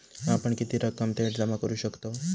आपण किती रक्कम थेट जमा करू शकतव?